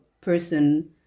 person